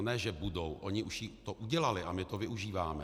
Ne že budou, oni už to udělali a my to využíváme.